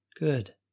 good